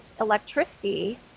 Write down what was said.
electricity